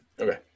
Okay